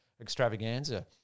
extravaganza